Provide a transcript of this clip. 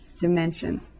dimension